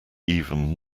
even